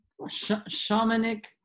shamanic